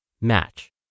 match